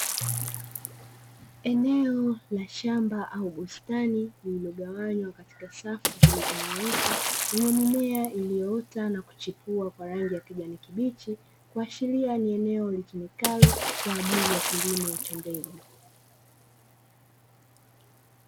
Eneo la shamba au bustani lililogawanywa katika safu zilizonyooka lenye mimea iliota na kuchipua kwa rangi ya kijani kibichi, kuhashiria ni eneo litumikalo kwa ajili ya kilimo cha mbegu.